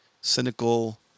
cynical